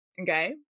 Okay